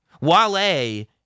Wale